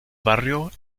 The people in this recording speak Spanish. barrio